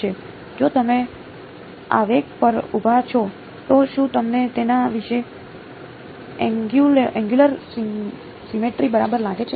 જો તમે આવેગ પર ઊભા છો તો શું તમને તેના વિશે એનગયુંલર સિમેટ્રી બરાબર લાગે છે